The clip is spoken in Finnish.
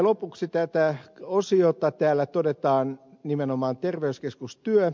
lopuksi tässä osiossa todetaan nimenomaan terveyskeskustyö